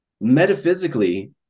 metaphysically